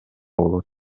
болот